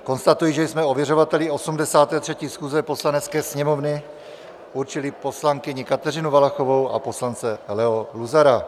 Konstatuji, že jsme ověřovateli 83. schůze Poslanecké sněmovny určili poslankyni Kateřinu Valachovou a poslance Leo Luzara.